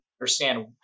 understand